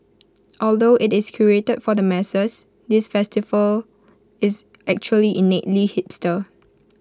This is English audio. although IT is curated for the masses this festival is actually innately hipster